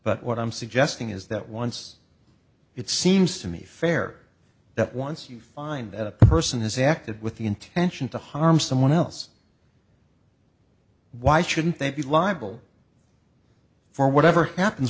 but what i'm suggesting is that once it seems to me fair that once you find that a person has acted with the intention to harm someone else why shouldn't they be liable for whatever happens